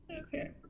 Okay